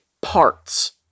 parts